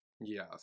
Yes